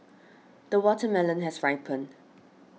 the watermelon has ripened